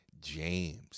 James